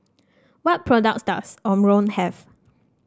what products does Omron have